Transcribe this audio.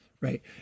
right